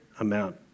amount